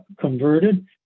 converted